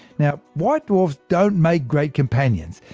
now white dwarfs don't make great companions.